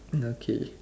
okay